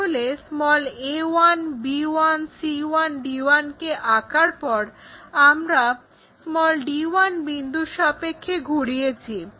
তাহলে a1 b1 c1 d1 কে আঁকার পর আমরা d1 বিন্দুর সাপেক্ষে ঘুরিয়েছি